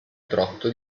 trotto